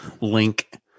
Link